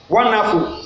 Wonderful